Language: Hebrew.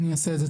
אעשה את זה.